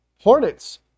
Hornets